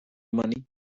money